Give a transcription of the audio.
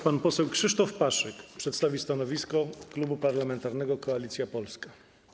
Pan poseł Krzysztof Paszyk przedstawi stanowisko Klubu Parlamentarnego Koalicja Polska.